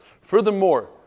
Furthermore